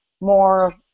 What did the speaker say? more